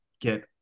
get